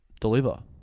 deliver